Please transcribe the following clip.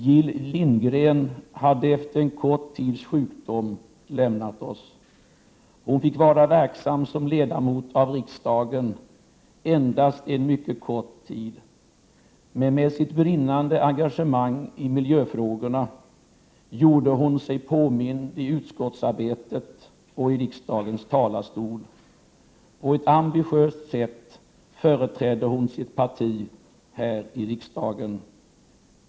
Jill Lindgren har efter en kort tids sjukdom lämnat oss. Hon fick vara verksam som ledamot av riksdagen endast en mycket kort tid. Men med sitt brinnande engagemang i miljöfrågorna gjorde hon sig påmind i utskottsarbetet och i riksdagens talarstol. På ett ambitiöst sätt företrädde hon sitt parti här i riksdagen.